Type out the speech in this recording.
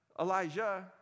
Elijah